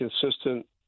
consistent